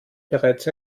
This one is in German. bereits